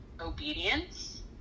obedience